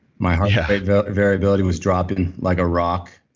my heart rate variability was dropping like a rock